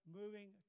moving